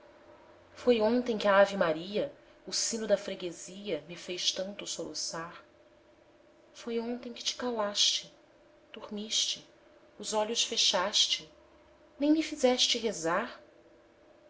foi ontem que à ave-maria o sino da freguesia me fez tanto soluçar foi ontem que te calaste dormiste os olhos fechaste nem me fizeste rezar